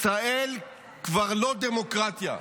ישראל כבר לא דמוקרטיה,